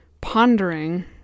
pondering